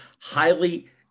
highly